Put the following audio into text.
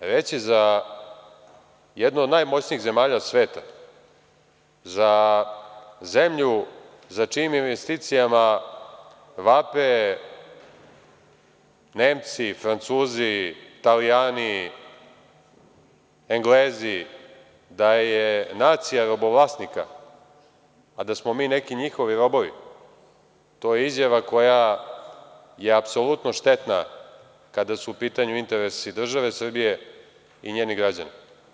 Reći za jednu od najmoćnijih zemalja sveta, za zemlju za čijim investicijama vape Nemci, Francuzi, Talijani, Englezi, da je nacija robovlasnika, a da smo mi njihovi robovi, to je izjava koja je apsolutno štetna kada su u pitanju interesi države Srbije i njenih građana.